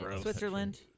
Switzerland